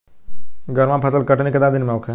गर्मा फसल के कटनी केतना दिन में होखे?